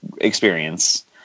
experience